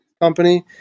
company